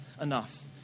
enough